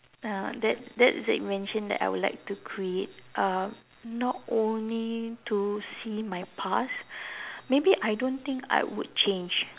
uh that that's the invention that I would like to create uh not only to see my past maybe I don't think I would change